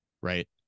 right